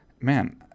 man